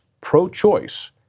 pro-choice